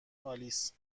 آلیس